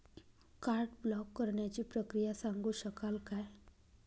Card block करण्याची प्रक्रिया सांगू शकाल काय?